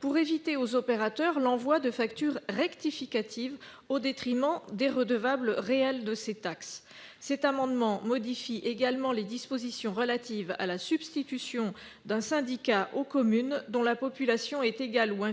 pour éviter aux opérateurs l'envoi de factures rectificatives, au détriment des redevables réels de ces taxes. Cet amendement tend à modifier également les dispositions relatives à la substitution d'un syndicat aux communes dont la population est égale ou